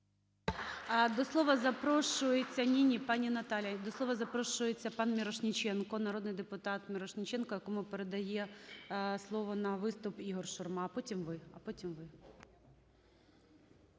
До слова запрошується пан Мірошниченко, народний депутат Мірошниченко, якому передає слово на виступ Ігор Шурма. А потім –